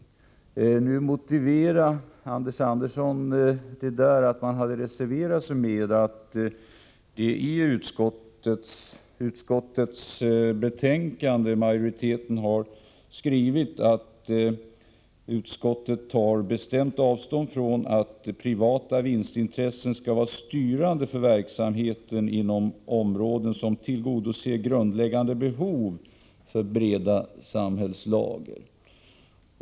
Anders Andersson motiverade reservationen med att utskottsmajoriteten i sitt betänkande har skrivit att utskottet tar bestämt avstånd från att privata vinstintressen skall vara styrande för verksamheten inom områden som tillgodoser grundläggande behov för breda samhällslager.